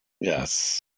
yes